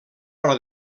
hora